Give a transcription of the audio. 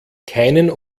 keinen